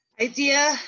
Idea